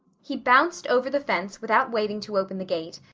he bounced over the fence without waiting to open the gate,